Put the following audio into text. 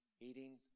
Eating